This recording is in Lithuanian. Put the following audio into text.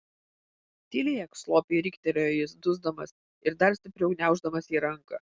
tylėk slopiai riktelėjo jis dusdamas ir dar stipriau gniauždamas jai ranką